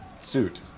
suit